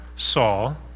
Saul